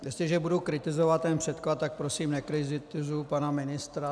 Jestliže budu kritizovat ten předklad, tak prosím nekritizuji pana ministra.